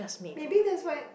maybe that's what